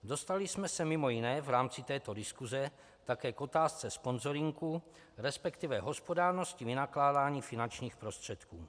Dostali jsme se mimo jiné v rámci této diskuse také k otázce sponzoringu, resp. hospodárnosti vynakládání finančních prostředků.